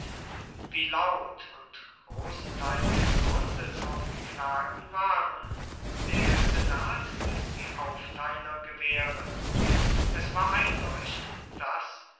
wie laut und großenteils begründet auch die klagen waren der senat ließ die aufteiler gewähren es war einleuchtend daß